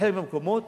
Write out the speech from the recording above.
בחלק מהמקומות